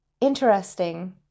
interesting